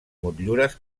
motllures